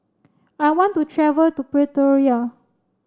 I want to travel to Pretoria